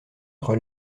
entre